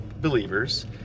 believers